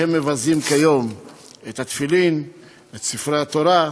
כשהם מבזים כיום את התפילין, את ספרי התורה,